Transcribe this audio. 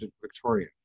Victoria